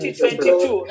2022